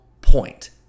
point